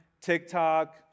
TikTok